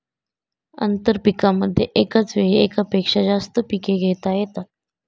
आंतरपीकांमध्ये एकाच वेळी एकापेक्षा जास्त पिके घेता येतात